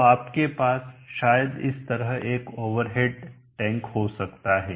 तो आपके पास शायद इस तरह एक ओवर हेड टैंक हो सकता है